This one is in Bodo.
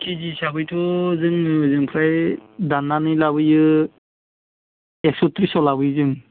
केजि हिसाबैथ' जोङो ओमफ्राय दाननानै लाबोयो एकस' थ्रिसाव लाबोयो जों